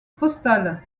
postale